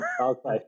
Okay